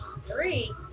Three